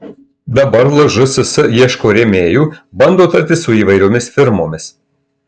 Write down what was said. dabar lžss ieško rėmėjų bando tartis su įvairiomis firmomis